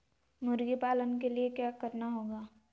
मुर्गी पालन के लिए क्या करना होगा?